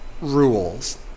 rules